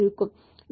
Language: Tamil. மீண்டும் ஆக 0